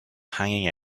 hanging